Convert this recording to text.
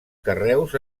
carreus